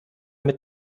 mit